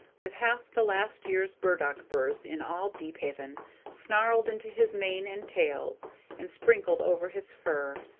with half the last year's burdock-burs in all deephaven snarled into his mane and tail and sprinkled over his fur,